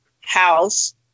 house